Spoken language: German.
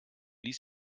ließ